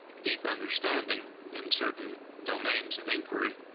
deep understanding in certain domains of inquiry.